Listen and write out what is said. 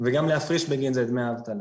וגם להפריש בגין זה דמי אבטלה.